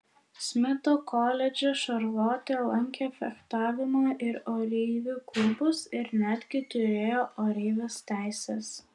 smito koledže šarlotė lankė fechtavimo ir oreivių klubus ir netgi turėjo oreivės teises